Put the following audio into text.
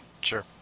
Sure